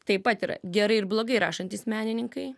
taip pat yra gerai ir blogai rašantys menininkai